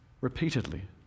repeatedly